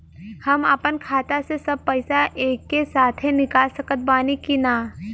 हम आपन खाता से सब पैसा एके साथे निकाल सकत बानी की ना?